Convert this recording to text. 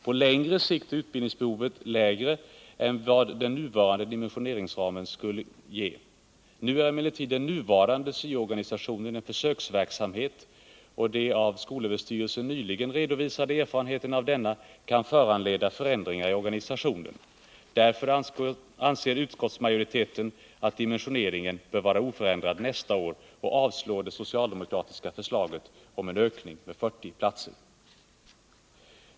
På längre sikt är utbildningsbehovet lägre än det antal platser som den nuvarande dimensioneringsramen skulle ge. Nu är emellertid den nuvarande syo-organisationen en försöksverksamhet, och de av SÖ nyligen redovisade erfarenheterna av denna kan föranleda förändringar i organisationen. Därför anser utskottsmajoriteten att dimensioneringen bör vara oförändrad nästa år och avstyrker det socialdemokratiska förslaget om en ökning med 40 platser.